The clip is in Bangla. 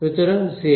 সুতরাং জেড